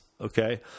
okay